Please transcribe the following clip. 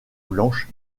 blanche